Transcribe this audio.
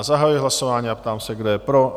Zahajuji hlasování a ptám se, kdo je pro?